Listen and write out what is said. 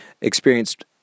experienced